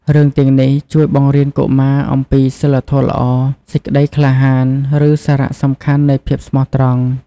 រឿងទាំងនេះជួយបង្រៀនកុមារអំពីសីលធម៌ល្អ សេចក្ដីក្លាហាន ឬសារៈសំខាន់នៃភាពស្មោះត្រង់។